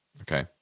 Okay